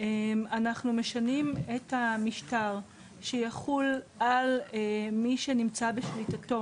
אנחנו משנים את המשטר שיחול על מי שנמצא בשליטתו